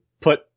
put –